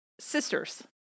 sisters